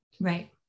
Right